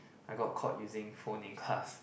I got caught using phone in class